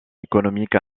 économique